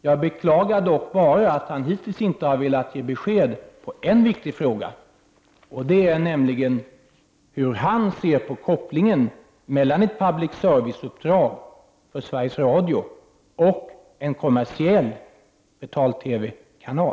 Jag beklagar dock att han hittills inte har velat svara på en viktig fråga, nämligen hur han ser på kopplingen mellan ett public service-uppdrag för Sveriges Radio och en kommersiell betal-TV-kanal.